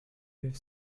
with